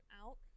out